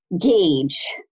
gauge